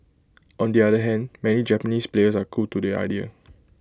on the other hand many Japanese players are cool to the idea